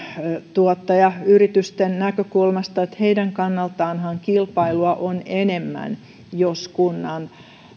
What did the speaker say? tuottajayritysten näkökulmasta että heidän kannaltaanhan kilpailua on enemmän jos kunnan